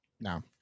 No